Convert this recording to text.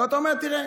אתה אומר: תראה,